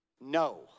no